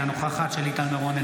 אינה נוכחת שלי טל מירון,